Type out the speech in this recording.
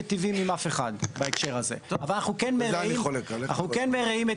עם אף אחד בהקשר הזה אבל אנחנו מרעים את